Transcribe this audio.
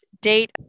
Date